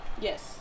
Yes